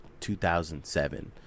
2007